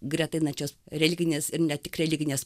greta einančios religinės ir ne tik religinės